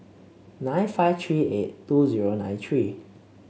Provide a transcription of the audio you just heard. nine five three eight two zero nine three